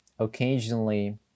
occasionally